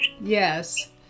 Yes